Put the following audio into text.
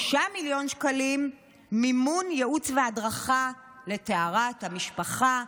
6 מיליון שקלים מימון ייעוץ והדרכה לטהרת המשפחה,